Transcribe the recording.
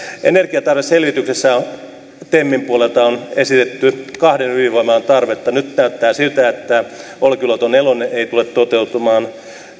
energiatarveselvityksessä on temin puolelta esitetty kahden ydinvoimalan tarvetta nyt näyttää siltä että olkiluoto neljä ei tule toteutumaan